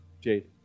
jade